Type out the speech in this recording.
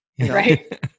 Right